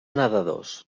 nedadors